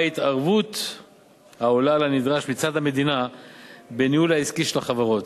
התערבות העולה על הנדרש מצד המדינה בניהול העסקי של החברות.